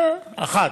זה אחת.